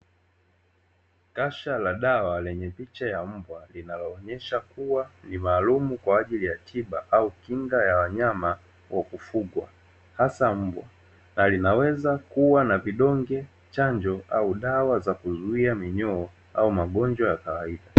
Kasha la dawa lenye picha ya mbwa linaloonyesha kuwa ni maalumu kwa ajili ya tiba au kinga ya wanyama wa kufungwa hasa mbwa, na linaweza kuwa na vidonge, chanjo au dawa za kuzuia minyoo au magonjwa ya kawaida.